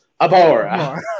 Abora